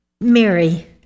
Mary